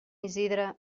isidre